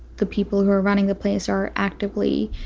the people who are running the place are actively